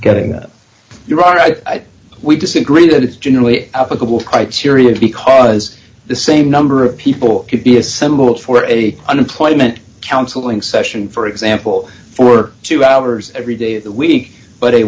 getting that you are right we disagree that it's generally applicable criteria because the same number of people could be assembled for a unemployment counseling session for example for two hours every day a week but a